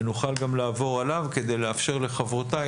ונוכל גם לעבור עליו כדי לאפשר לחברותיי